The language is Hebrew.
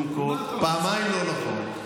פעמיים לא נכון.